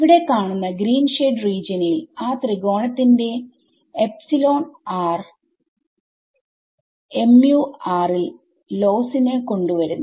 ഇവിടെ കാണുന്ന green shade റീജിയനിൽ ആ ത്രികൊണതിന്റെ എപ്സിലോൺ rmu r ൽ ലോസ് നെ കൊണ്ട് വരുന്നു